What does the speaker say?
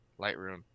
Lightroom